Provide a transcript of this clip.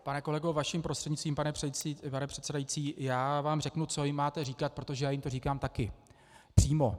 Pane kolego, vaším prostřednictvím, pane předsedající, já vám řeknu, co jim máte říkat, protože já jim to říkám taky přímo.